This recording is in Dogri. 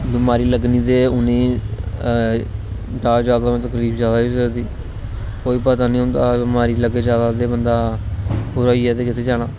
बिमारी लग्गनी ते हून ऐ ज्यादा कोला ज्यादा ते तकलीफ ज्यादा बी होई सकदी कोई पता नेई होंदा बिमारी लग्गे ज्यादा ते बंदा पूरा होई जाए ते कुत्थै जाना